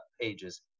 pages